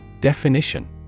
Definition